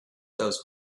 those